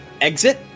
exit